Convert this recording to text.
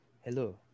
hello